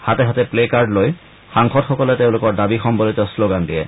হাতে হাতে placard লৈ সাংসদসকলে তেওঁলোকৰ দাবী সম্নলিত শ্লগান দিয়ে